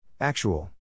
Actual